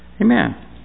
Amen